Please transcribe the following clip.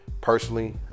personally